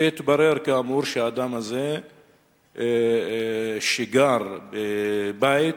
והתברר כאמור שהאדם הזה גר בבית